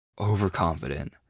overconfident